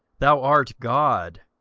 thou art god,